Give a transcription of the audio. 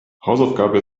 hausaufgabe